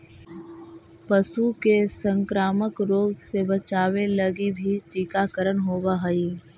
पशु के संक्रामक रोग से बचावे लगी भी टीकाकरण होवऽ हइ